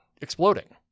exploding